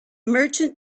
merchant